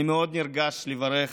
אני מאוד נרגש לברך